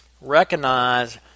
recognize